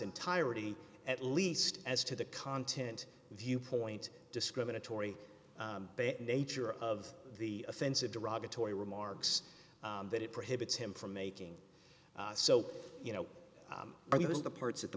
entirety at least as to the content viewpoint discriminatory nature of the offensive derogatory remarks that it prohibits him from making so you know are the parts at the